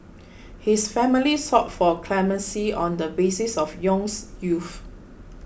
his family sought for clemency on the basis of Yong's youth